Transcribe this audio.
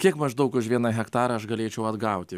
kiek maždaug už vieną hektarą aš galėčiau atgauti